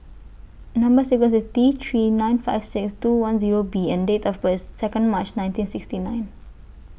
Number sequence IS T three nine five six two one Zero B and Date of birth IS Second March nineteen sixty nine